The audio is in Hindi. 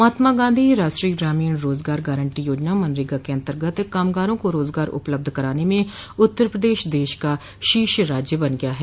महात्मा गांधी राष्ट्रीय ग्रामीण रोजगार गारंटी योजना मनरेगा के अंतगत कामगारों को रोजगार उपलब्ध कराने में उत्तर प्रदेश देश का शीर्ष राज्य बन गया है